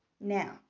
Now